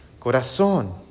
corazón